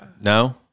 No